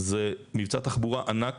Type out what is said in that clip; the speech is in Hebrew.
זה מבצע תחבורה ענק